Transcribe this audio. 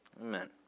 Amen